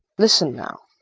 listen now.